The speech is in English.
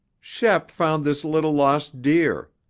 shep found this little lost deer.